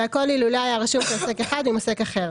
והכול אילולא היה רשום כעוסק אחד עם עוסק אחר,